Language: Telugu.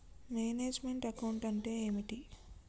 మేనేజ్ మెంట్ అకౌంట్ అంటే ఏమిటి?